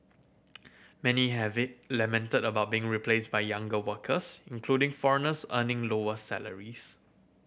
many have it lamented about being replaced by younger workers including foreigners earning lower salaries